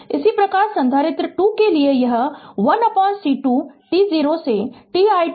इसी प्रकार संधारित्र 2 के लिए यह 1C2 t0 से t it dt v2 t0 है